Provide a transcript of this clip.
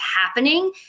happening